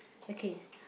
okay